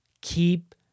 Keep